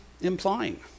implying